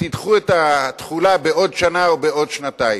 תדחו את התחולה בעוד שנה או בעוד שנתיים.